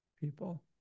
people